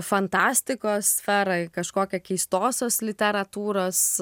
fantastikos sferoj kažkokią keistosios literatūros